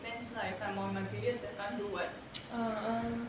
I mean it depends lah if I'm on my period I can't do [what]